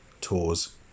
tours